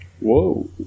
Whoa